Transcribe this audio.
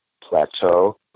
plateau